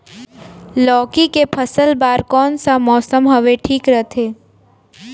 लौकी के फसल बार कोन सा मौसम हवे ठीक रथे?